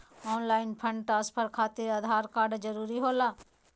Online fund transfer खातिर Aadhaar card जरूरी होला?